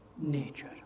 nature